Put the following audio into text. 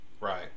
right